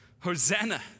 Hosanna